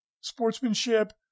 sportsmanship